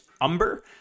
Umber